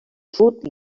sud